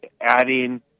adding